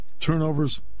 turnovers